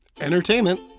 entertainment